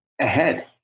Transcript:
ahead